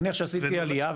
נניח שעשיתי עלייה,